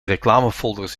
reclamefolders